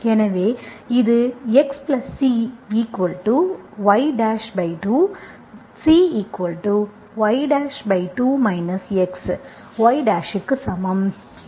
எனவே இது xCy2Cy2 x y டாஷுக்கு சமம்